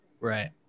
Right